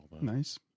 Nice